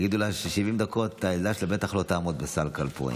תגידו לה ש-70 דקות הילדה שלה בטח לא תעמוד בסלקל פה,